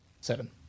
seven